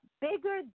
bigger